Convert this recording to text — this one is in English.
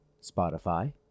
Spotify